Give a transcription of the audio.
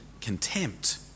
contempt